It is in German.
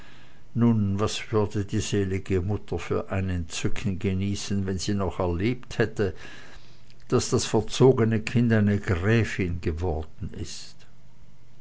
nun was würde die selige mutter für ein entzücken genießen wenn sie noch erlebt hätte daß das verzogene kind eine gräfin geworden ist